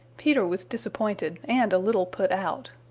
peter was disappointed and a little put out.